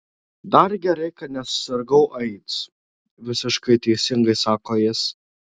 dar gerai kad nesusirgau aids visiškai teisingai sako jis